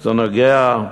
זה נוגע,